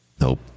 Nope